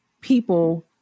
people